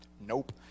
Nope